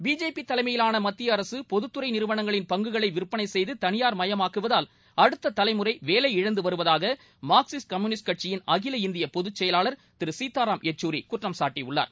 BJP தலைமையிலாள மத்திய அரசு பொதுத்துறை நிறுவனங்களின் பங்குகளை விற்பனை செய்து தனியார் மயமாக்குவதால் அடுத்த தலைமுறை வேலை இழந்து வருவதாக மார்க்சிஸ்ட் கம்யூனிஸ்ட் கட்சியின் அகில இந்திய பொதுச்செயலாளர் திரு சீதாராம் யெச்சூரி குற்றம் சாட்டியுள்ளார்